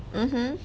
mmhmm